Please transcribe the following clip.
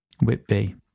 Whitby